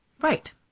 Right